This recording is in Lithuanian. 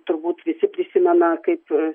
turbūt visi prisimena kaip